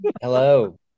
Hello